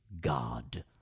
God